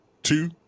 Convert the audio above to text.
Two